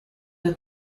have